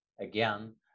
again